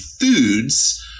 foods